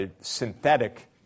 synthetic